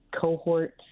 cohort